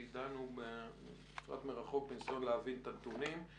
כי דנו קצת מרחוק בניסיון להבין את הנתונים.